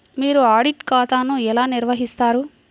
మీరు ఆడిట్ ఖాతాను ఎలా నిర్వహిస్తారు?